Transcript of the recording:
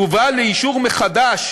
תובא לאישור מחדש